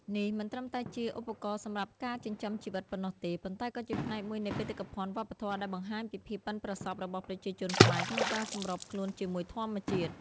នេះមិនត្រឹមតែជាឧបករណ៍សម្រាប់ការចិញ្ចឹមជីវិតប៉ុណ្ណោះទេ ប៉ុន្តែក៏ជាផ្នែកមួយនៃបេតិកភណ្ឌវប្បធម៌ដែលបង្ហាញពីភាពប៉ិនប្រសប់របស់ប្រជាជនខ្មែរក្នុងការសម្របខ្លួនជាមួយធម្មជាតិ។